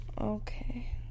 Okay